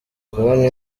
kubona